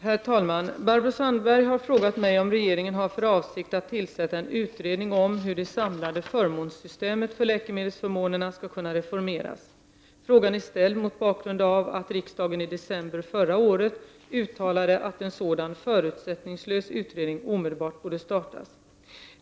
Herr talman! Barbro Sandberg har frågat mig om regeringen har för avsikt att tillsätta en utredning om hur det samlade förmånssystemet för läkemedelsförmånerna skall kunna reformeras. Frågan är ställd mot bakgrund av att riksdagen i december förra året uttalade att en sådan förutsättningslös utredning omedelbart borde startas.